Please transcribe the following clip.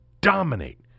dominate